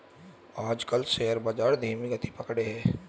आजकल शेयर बाजार धीमी गति पकड़े हैं